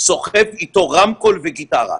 סוחב איתו רמקול וגיטרה,